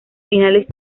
finales